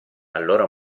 allora